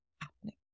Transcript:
happening